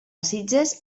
sitges